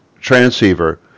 transceiver